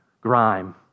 grime